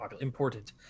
important